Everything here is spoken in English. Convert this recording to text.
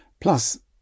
Plus